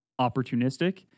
opportunistic